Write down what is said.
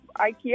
Ikea